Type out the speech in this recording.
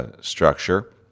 structure